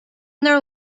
their